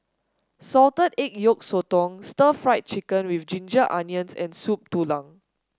Salted Egg Yolk Sotong Stir Fried Chicken with Ginger Onions and Soup Tulang